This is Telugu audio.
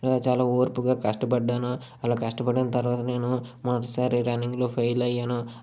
చాలా ఓర్పుగా కష్టపడ్డాను అలా కష్టపడ్డ తర్వాత నేను మొదటిసారి రన్నింగ్లో ఫెయిల్ అయ్యాను